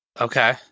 Okay